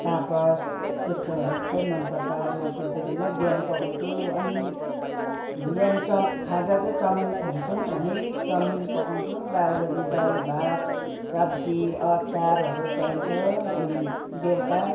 पापड त्यस्तोहरू चाहिँ मन पर्छ म त्यसरी नै बिहान पकाउँछु अनि बिहान चम खाजा चाहिँ चाउमिन खान्छौँ हामी चाउमिन पकाउँछौँ बाह्र बजी दाल भात सब्जी अचारहरू चाहिन्छ अनि बेलुका